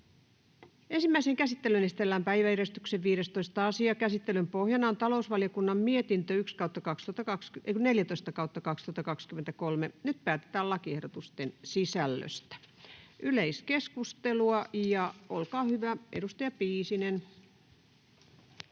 Ensimmäiseen käsittelyyn esitellään päiväjärjestyksen 15. asia. Käsittelyn pohjana on talousvaliokunnan mietintö TaVM 14/2023 vp. Nyt päätetään lakiehdotusten sisällöstä. — Yleiskeskustelua, ja olkaa hyvä, edustaja Piisinen.